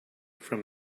from